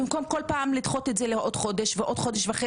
במקום כל פעם לדחות את זה לעוד חודש או חודשיים,